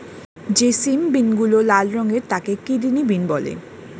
যে সিম বিনগুলো লাল রঙের তাকে কিডনি বিন বলে